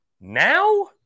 Now